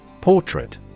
Portrait